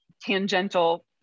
tangential